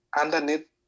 underneath